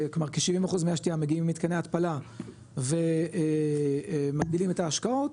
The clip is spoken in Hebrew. כלומר כ-70% מי השתייה מגיעים ממתקני התפלה ומגדילים את ההשקעות,